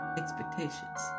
expectations